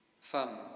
Femme